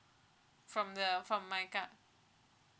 from the from my com~